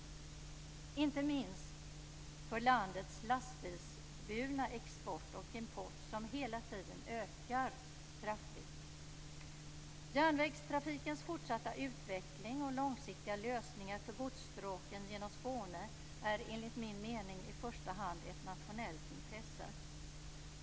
Inte minst gäller det för landets landsbilsburna export och import som hela tiden ökar kraftigt. Järvägstrafikens fortsatta utveckling och långsiktiga lösningar för godsstråken genom Skåne är enligt min mening i första hand ett nationellt intresse.